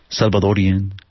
Salvadorian